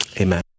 amen